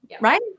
right